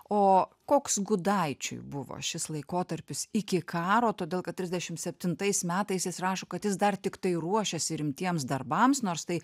o koks gudaičiui buvo šis laikotarpis iki karo todėl kad trisdešim septintais metais jis rašo kad jis dar tiktai ruošėsi rimtiems darbams nors tai